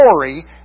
story